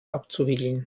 abzuwiegeln